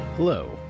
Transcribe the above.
Hello